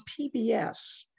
PBS